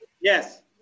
Yes